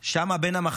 שם, בין המחסות,